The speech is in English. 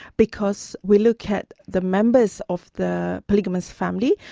because we look at the members of the polygamist family,